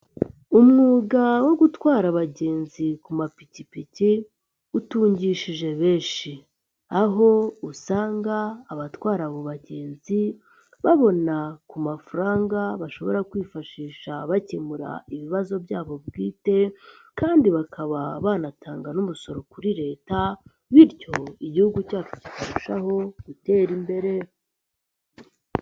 Umwuga wo gutwara abagenzi ku mapikipiki, utungishije benshi. Aho usanga abatwara abo bagenzi, babona ku mafaranga bashobora kwifashisha bakemura ibibazo byabo bwite kandi bakaba banatanga n'umusoro kuri Leta, bityo Igihugu cyacu kirushaho gutera imbere.